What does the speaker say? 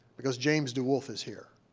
because james de woolf is here.